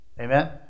Amen